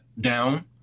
down